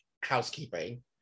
housekeeping